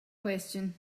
question